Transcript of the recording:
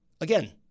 Again